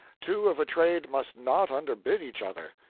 two of a trade must not underbid each other.